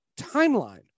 timeline